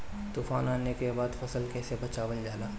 तुफान आने के बाद फसल कैसे बचावल जाला?